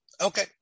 Okay